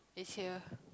this year